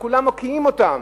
כשכולם מוקיעים אותם?